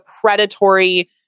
predatory